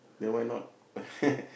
then why not